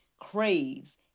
craves